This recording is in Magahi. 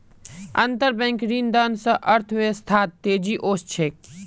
अंतरबैंक ऋणदान स अर्थव्यवस्थात तेजी ओसे छेक